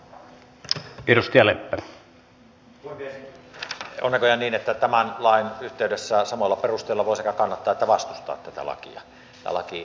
on näköjään niin että tämän lain yhteydessä samoilla perusteilla voi sekä kannattaa että vastustaa tätä lakiuudistusta